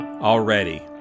already